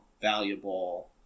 valuable